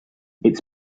it’s